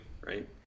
right